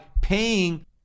paying